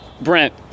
brent